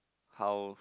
how